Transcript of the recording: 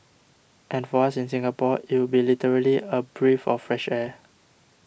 and for us in Singapore it would be literally a breath of fresh air